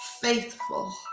faithful